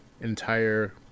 entire